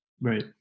Right